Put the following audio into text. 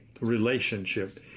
relationship